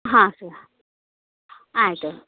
ಹಾಂ ಸರ್ ಆಯಿತು